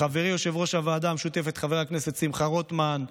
לחברי יושב-ראש הוועדה המשותפת חבר הכנסת שמחה רוטמן,